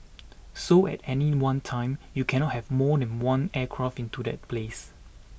so at any one time you cannot have more than one aircraft into that place